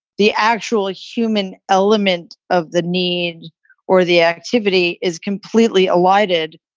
the actual human element of the need or the activity is completely elided.